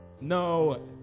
No